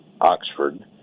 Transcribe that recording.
Oxford